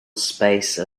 space